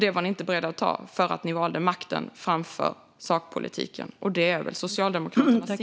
Det var ni inte beredda att ta, för ni valde makten framför sakpolitiken. Det är väl Socialdemokraternas signum.